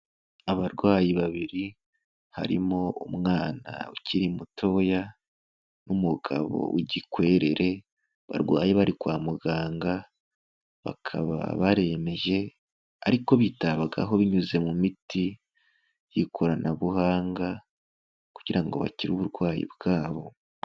Abarwayi babiri, harimo umwana ukiri mutoya n'umugabo w'igikwerere barwaye bari kwa muganga, bakaba barembye ariko bitabwaho binyuze mu miti y'ikoranabuhanga kugira ngo bakire uburwayi bwabo.